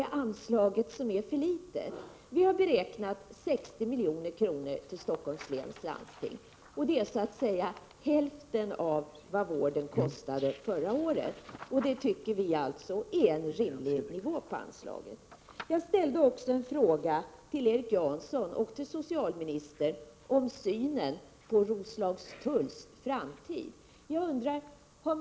Men anslaget är för litet. Vi har beräknat 60 milj.kr. till Stockholms läns landsting. Det är hälften av vad vården kostade förra året. Det tycker vi är en rimlig nivå på anslaget. Jag ställde också en fråga till Erik Janson och socialministern om synen på Roslagstulls sjukhus framtid.